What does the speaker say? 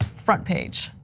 front page.